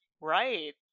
right